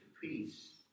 peace